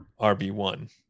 RB1